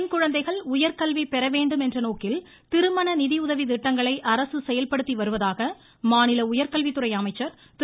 பெண்குழந்தைகள் உயர்கல்வி பெறவேண்டுமென்ற நோக்கில் திருமண நிதியுதவி திட்டங்களை அரசு செயல்படுத்திவருவதாக மாநில உயர்கல்வித்துறை அமைச்சர் திரு